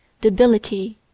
debility